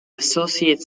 associate